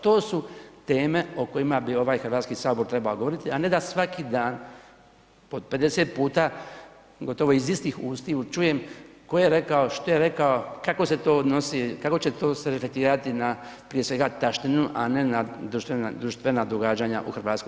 To su teme o kojima bi ovaj Hrvatski sabor trebao govoriti a ne da svaki dan po 50 puta, gotovo iz istih usta čujem tko je rekao, što je rekao, kako se to odnosi, kako će to se reflektirati na prije svega taštinu a ne na društvena događanja u Hrvatskoj.